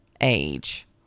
age